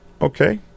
Okay